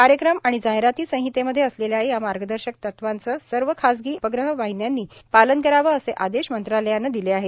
कार्यक्रम आणि जाहीराती संहितेमध्ये असलेल्या या मार्गदर्शक तत्वांचं सर्व खाजगी उपग्रह टीव्ही वाहिन्यांनी पालन करावं असे आदेश मंत्रालयानं दिले आहेत